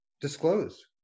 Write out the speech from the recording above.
disclose